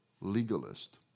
legalist